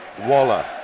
Waller